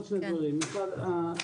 אחד,